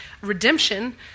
redemption